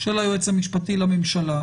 של היועץ המשפטי לממשלה,